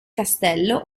castello